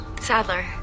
Sadler